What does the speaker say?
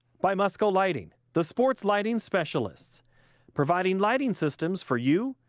by mussco lighting. the sports lighting specialists providing lighting systems for you,